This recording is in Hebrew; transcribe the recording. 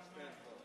30 בעד,